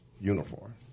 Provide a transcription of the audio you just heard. uniform